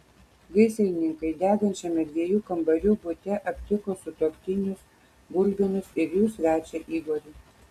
gaisrininkai degančiame dviejų kambarių bute aptiko sutuoktinius gulbinus ir jų svečią igorį